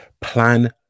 plan